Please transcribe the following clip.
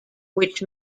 which